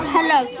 Hello